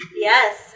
yes